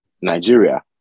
Nigeria